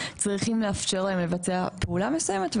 צריכים לאפשר להם לבצע פעולה מסוימת.